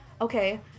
okay